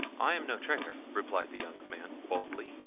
i am no traitor, replied the young man boldly,